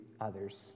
others